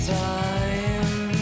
time